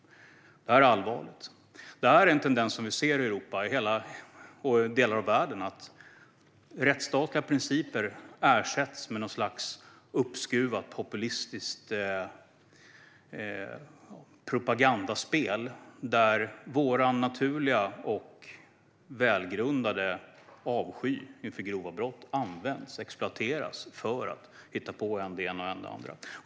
Det här är allvarligt, och det är en tendens som vi ser i Europa och i andra delar av världen. Rättsstatliga principer ersätts av något slags uppskruvat populistiskt propagandaspel där vår naturliga och välgrundade avsky för grova brott används och exploateras för att hitta på än det ena och än det andra.